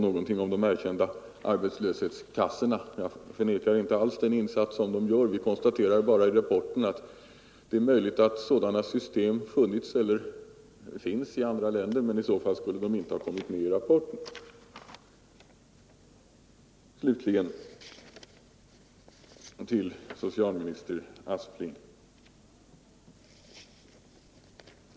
Vidare har de erkända arbetslöshetskassorna nämnts. Jag förnekar inte alls den insats som de kassorna gör. Vi konstaterar bara i rapporten att det är möjligt att sådana system har funnits eller finns i andra länder, men i så fall skulle de inte kommit med i rapporten. Så några ord ytterligare till socialminister Aspling.